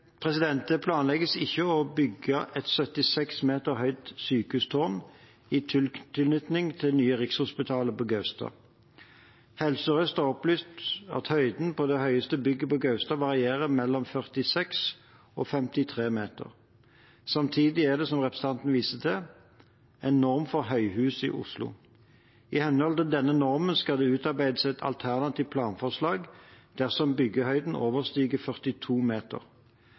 Det planlegges ikke å bygge et 76 meter høyt sykehustårn i tilknytning til Nye Rikshospitalet på Gaustad. Helse Sør-Øst har opplyst at høyden på de høyeste byggene på Gaustad varierer mellom 46 og 53 meter. Samtidig er det, som representanten viser til, en norm for høyhus i Oslo. I henhold til denne normen skal det utarbeides et alternativt planforslag dersom byggehøyden overstiger 42 meter.